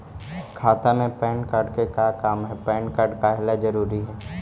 खाता में PAN card के का काम है पैन कार्ड काहे ला जरूरी है?